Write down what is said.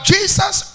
Jesus